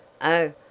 Oh